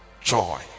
joy